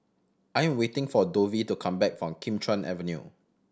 I'm waiting for Dovie to come back from Kim Chuan Avenue